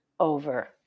Over